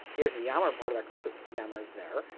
here's the yammer and part of that group, if yammer is there.